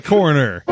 Corner